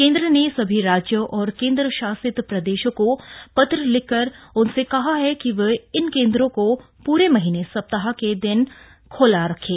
केंद्र ने सभी राज्यों और केंद्रशासित प्रदेशों को पत्र लिखकर उनसे कहा है कि वे इन केंद्रों को पूरे महीने सप्ताह के सातों दिन खुला रखें